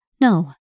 No